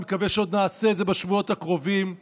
אני מקווה שעוד נעשה את זה בשבועות הקרובים,